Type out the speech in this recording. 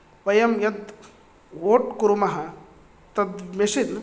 वयं यद् वोट् कुर्मः तद् मिशिन्